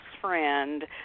friend